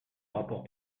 rapport